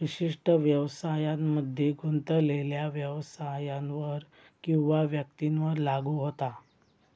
विशिष्ट व्यवसायांमध्ये गुंतलेल्यो व्यवसायांवर किंवा व्यक्तींवर लागू होता